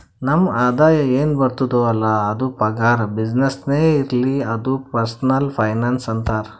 ನಮ್ ಆದಾಯ ಎನ್ ಬರ್ತುದ್ ಅಲ್ಲ ಅದು ಪಗಾರ, ಬಿಸಿನ್ನೆಸ್ನೇ ಇರ್ಲಿ ಅದು ಪರ್ಸನಲ್ ಫೈನಾನ್ಸ್ ಅಂತಾರ್